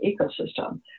ecosystem